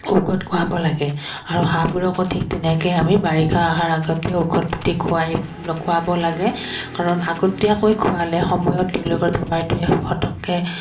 ঔষধ খোৱাব লাগে আৰু হাঁহবোৰকো ঠিক তেনেকৈ আমি বাৰিষা অহাৰ আগতে ঔষধ পাতি খুৱাই খোৱাব লাগে কাৰণ আগতীয়াকৈ খোৱালে সময়ত তেওঁলোকৰ বেমাৰটোৱে ফটককৈ